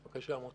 בבקשה, מוטי.